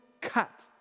cut